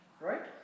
Right